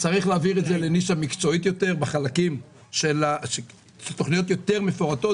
צריך להעביר את זה לנישה מקצועית יותר בחלקים של תוכניות יותר מפורטות